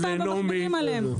שפוגעים בהם ומכבידים עליהם.